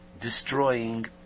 destroying